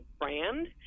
brand